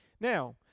Now